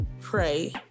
pray